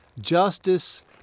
justice